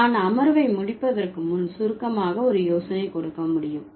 நான் அமர்வை முடிப்பதற்கு முன் சுருக்கமாக ஒரு யோசனை கொடுக்க முடியும்